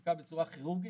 נפעל בצורה כירורגית,